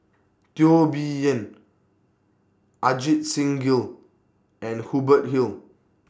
Teo Bee Yen Ajit Singh Gill and Hubert Hill